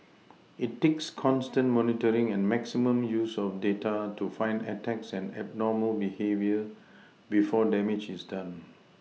it takes constant monitoring and maximum use of data to find attacks and abnormal behaviour before damage is done